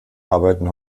arbeiten